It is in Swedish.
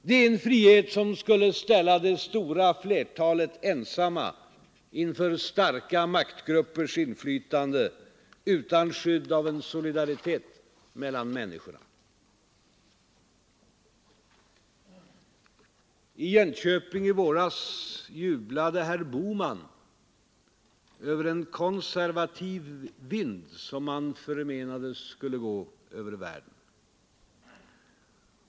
Det är en frihet som skulle ställa det stora flertalet ensamma inför starka maktgruppers inflytande och utan skydd av en solidaritet mellan människorna. I Jönköping i våras jublade herr Bohman över en konservativ vind som skulle gå genom världen.